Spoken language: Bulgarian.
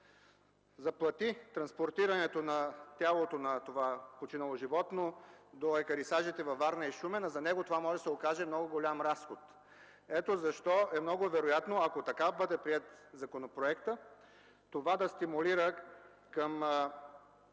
заплати транспортирането на тялото на това починало животно до екарисажите във Варна и Шумен, а за него това може да се окаже много голям разход. Ето защо много е вероятно, ако законопроектът бъде приет така, това да стимулира към